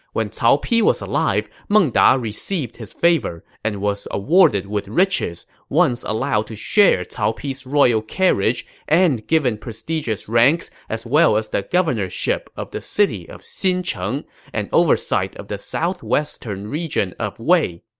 when cao pi was alive, meng da received his favor and was awarded with riches, once allowed to share cao pi's royal carriage, and given prestigious ranks, as well as the governorship of the city of xincheng and oversight of the southwestern region of wei.